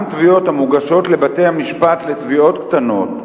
גם תביעות המוגשות לבתי-המשפט לתביעות קטנות,